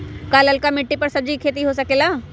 का लालका मिट्टी कर सब्जी के भी खेती हो सकेला?